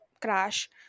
crash